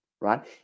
right